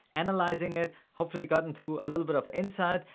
analyzing it. hopefully got into a little bit of insight.